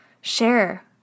Share